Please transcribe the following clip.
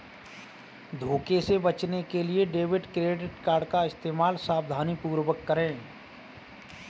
धोखे से बचने के लिए डेबिट क्रेडिट कार्ड का इस्तेमाल सावधानीपूर्वक करें